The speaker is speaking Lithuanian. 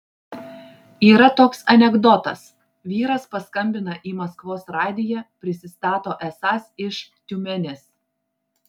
yra toks anekdotas vyras paskambina į maskvos radiją prisistato esąs iš tiumenės